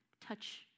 touch